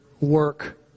work